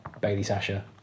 Bailey-Sasha